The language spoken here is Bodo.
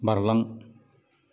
बारलां